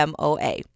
MOA